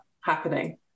happening